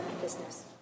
business